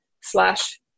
slash